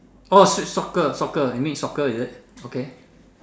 orh street soccer soccer you mean soccer is it okay